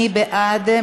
מי בעד?